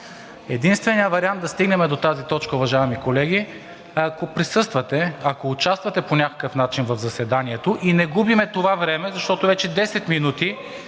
Единственият вариант да стигнем до тази точка, уважаеми колеги, е, ако присъствате, ако участвате по някакъв начин в заседанието и не губим това време, защото вече 10 минути…